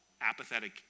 apathetic